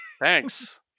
Thanks